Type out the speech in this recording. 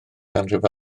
ganrif